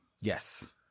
Yes